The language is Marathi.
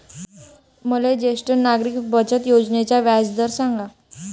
मले ज्येष्ठ नागरिक बचत योजनेचा व्याजदर सांगा